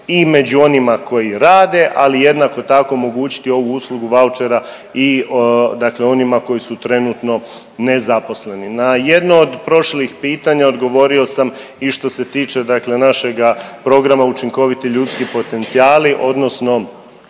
i među onima koji rade, ali jednako tako omogućiti i ovu uslugu vaučera dakle onima koji su trenutno nezaposleni. Na jedno od prošlih pitanja odgovorio sam i što se tiče dakle našega programa učinkoviti ljudski potencijali odnosno